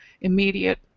immediate